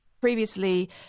Previously